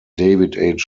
david